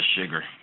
sugar